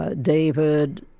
ah david,